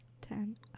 ten